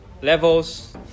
levels